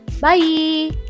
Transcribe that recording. bye